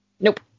Nope